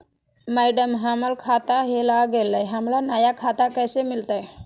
madam, हमर खाता हेरा गेलई, हमरा नया खाता कैसे मिलते